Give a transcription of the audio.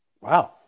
Wow